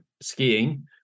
Skiing